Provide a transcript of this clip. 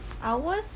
ours